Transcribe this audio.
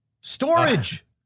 Storage